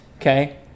Okay